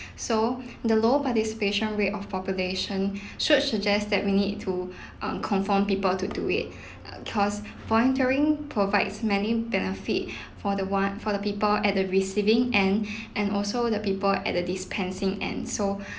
so the low participation rate of population should suggests that we need to um conform people to do it uh cause volunteering provides many benefit for the one for the people at the receiving end and also the people at the dispensing end so